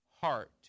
heart